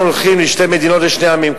אנחנו הולכים לשתי מדינות לשני עמים.